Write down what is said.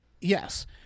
yes